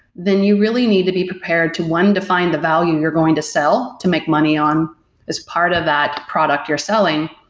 then you really need to be prepared to, one, define the value you're going to sell to make money on as part of that product you're selling,